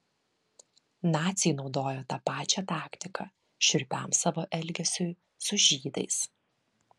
naciai naudojo tą pačią taktiką šiurpiam savo elgesiui su žydais